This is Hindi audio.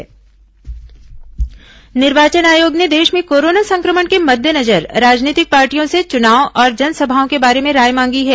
निर्वाचन आयोग सुझाव निर्वाचन आयोग ने देश में कोरोना संक्रमण के मद्देनजर राजनीतिक पार्टियों से चुनाव और जनसभाओं के बारे में राय मांगी है